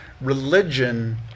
religion